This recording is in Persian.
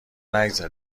نگذره